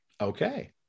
okay